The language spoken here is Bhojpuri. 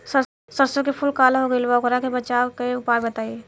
सरसों के फूल काला हो गएल बा वोकरा से बचाव के उपाय बताई?